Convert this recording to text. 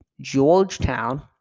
Georgetown